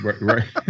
right